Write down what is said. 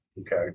Okay